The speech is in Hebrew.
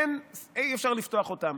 אי-אפשר לפתוח אותם.